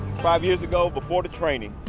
five years ago, before the training,